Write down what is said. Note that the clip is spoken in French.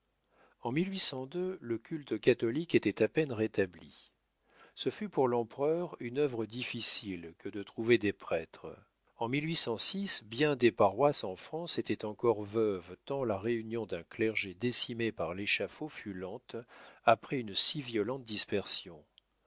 en le culte catholique était à peine rétabli ce fut pour l'empereur une œuvre difficile que de trouver des prêtres en bien des paroisses en france étaient encore veuves tant la réunion d'un clergé décimé par l'échafaud fut lente après une si violente dispersion